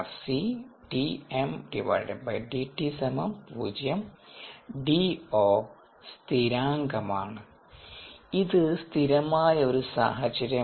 സ്ഥിരാങ്കമാണ് ഇത് സ്ഥിരമായ ഒരു സാഹചര്യമാണ്